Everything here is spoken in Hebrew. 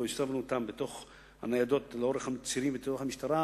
אילו הצבנו אותם בניידות לאורך הצירים בתדרוך המשטרה,